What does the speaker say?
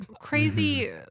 crazy